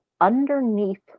underneath